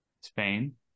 spain